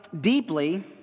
deeply